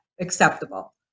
acceptable